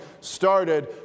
started